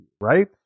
right